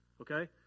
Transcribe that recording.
Okay